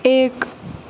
एक